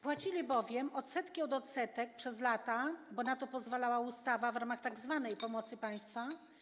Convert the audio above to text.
Płacili bowiem odsetki od odsetek przez lata, bo na to pozwalała ustawa w ramach tzw. pomocy państwa.